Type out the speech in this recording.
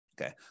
Okay